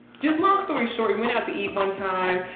just long story short we went out to eat one time.